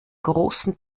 großen